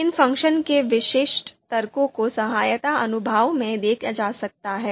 इन function के विशिष्ट तर्कों को सहायता अनुभाग में देखा जा सकता है